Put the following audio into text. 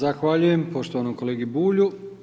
Zahvaljujem poštovanom kolegi Bulju.